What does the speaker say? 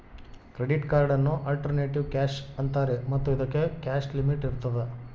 credit ಕಾರ್ಡನ್ನು alternative cash ಅಂತಾರೆ ಮತ್ತು ಇದಕ್ಕೆ ಕ್ಯಾಶ್ ಲಿಮಿಟ್ ಇರ್ತದ